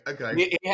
okay